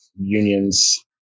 unions